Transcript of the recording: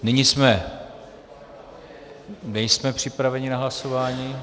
Nyní jsme... nejsme připraveni na hlasování.